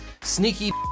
sneaky